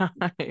time